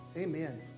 Amen